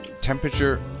temperature